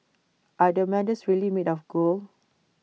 are the medals really made of gold